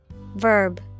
Verb